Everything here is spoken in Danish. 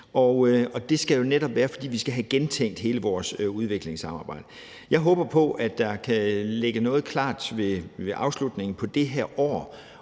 netop være sådan, fordi vi skal have gentænkt hele vores udviklingssamarbejde. Jeg håber på, at der kan ligge noget klar ved afslutningen på det her år,